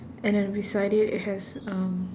and then beside it it has um